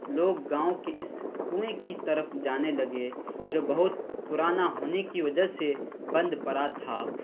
لوگ گاؤں کے اس کنویں کی طرف جانے لگے جو بہت پرانا ہونے کی وجہ سے بند پڑا تھا